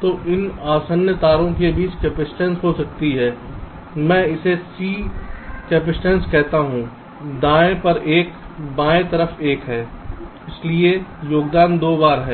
तो इस आसन्न तारों के बीच कपसिटंस हो सकती है मैं इसे C समीपता कहता हूं दाएं पर एक है बाईं तरफ एक है इसलिए योगदान दो बार है